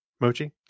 Mochi